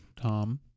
Tom